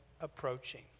approaching